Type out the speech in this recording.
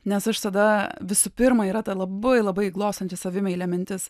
nes aš tada visų pirma yra ta labai labai glostanti savimeilę mintis